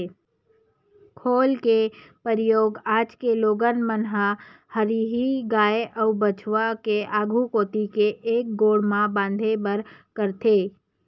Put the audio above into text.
खोल के परियोग आज के लोगन मन ह हरही गाय अउ बछवा के आघू कोती के एक गोड़ म बांधे बर करथे